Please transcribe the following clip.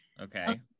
Okay